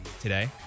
today